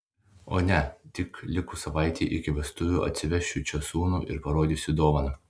o ne tik likus savaitei iki vestuvių atsivešiu čia sūnų ir parodysiu dovaną